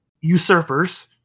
usurpers